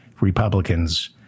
Republicans